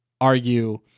argue